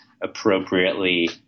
appropriately